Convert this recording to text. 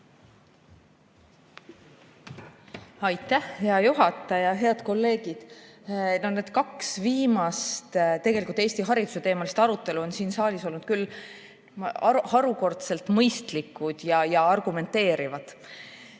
Aitäh, hea juhataja! Head kolleegid! Kaks viimast Eesti hariduse teemalist arutelu on siin saalis olnud küll harukordselt mõistlikud ja argumenteerivad.